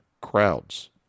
crowds